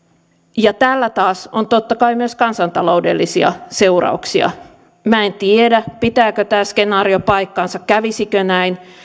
ja tällä taas on totta kai myös kansantaloudellisia seurauksia minä en tiedä pitääkö tämä skenaario paikkansa kävisikö näin